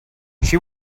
she